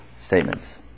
statements